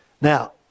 Now